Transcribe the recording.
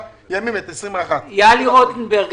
ימים את תקציב 2021. יהלי רוטנברג,